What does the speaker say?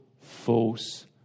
false